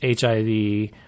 HIV